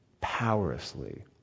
powerlessly